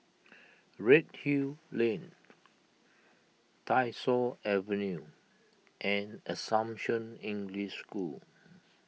Redhill Lane Tyersall Avenue and Assumption English School